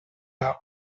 are